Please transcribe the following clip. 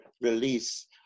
release